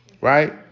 Right